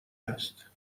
هست